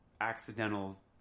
accidental